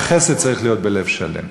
והחסד צריך להיות בלב שלם.